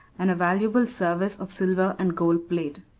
and a valuable service of silver and gold plate.